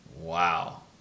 Wow